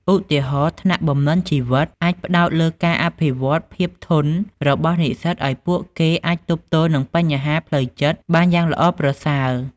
ឧទាហរណ៍ ថ្នាក់បំណិនជីវិតអាចផ្តោតលើការអភិវឌ្ឍន៍ភាពធន់របស់និស្សិតឱ្យពួកគាត់អាចទប់ទល់នឹងបញ្ហាផ្លូវចិត្តបានយ៉ាងល្អប្រសើរ។